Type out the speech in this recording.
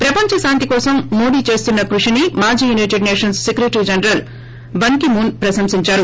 ప్రపంచ శాంతి కోసం మోడీ చేస్తున్న కృషిని మాజీ United Nations secretary general Ban Ki moon ప్రశంసిందారు